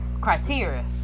criteria